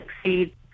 succeed